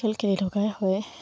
খেল খেলি থকাই হয়